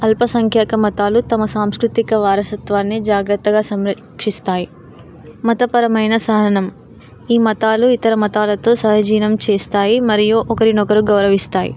అల్పసంఖ్యాక మతాలు తమ సాంస్కృతిక వారసత్వాన్ని జాగ్రత్తగా సంరక్షిస్తాయి మతపరమైన సహనం ఈ మతాలు ఇతర మతాలతో సహజీవనం చేస్తాయి మరియు ఒకరినొకరు గౌరవిస్తాయి